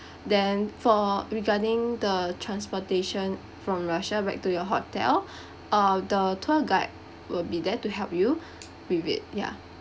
then for regarding the transportation from russia back to your hotel uh the tour guide will be there to help you with it ya